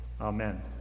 Amen